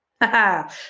haha